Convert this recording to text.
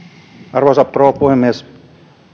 arvoisa rouva puhemies